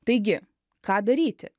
taigi ką daryti